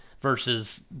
versus